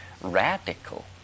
radical